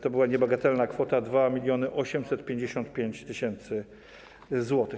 To była niebagatelna kwota 2855 tys. zł.